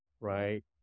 Right